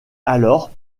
alors